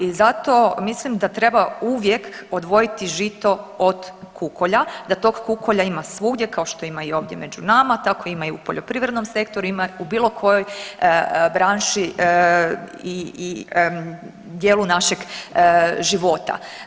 I zato mislim da treba uvijek odvojiti žito od kukolja, da tog kukolja ima svugdje kao što ima i ovdje među nama tako ima i u poljoprivrednom sektoru, ima u bilo kojoj branši i dijelu našeg života.